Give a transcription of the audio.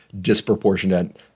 disproportionate